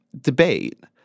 debate –